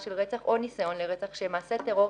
של רצח או ניסיון לרצח שהם מעשה טרור,